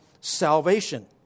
salvation